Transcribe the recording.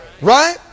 Right